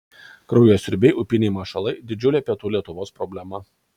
kraujasiurbiai upiniai mašalai didžiulė pietų lietuvos problema